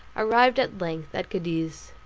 arrived at length at cadiz.